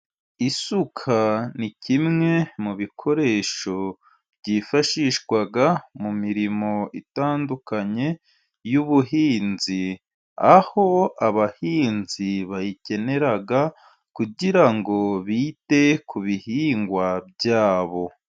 Isuka ni kimwe mu bikoresho byifashishwa mu mirimo itandukanye y'ubuhinzi, aho abahinzi bayikenera kugira ngo bite ku bihingwa byabo.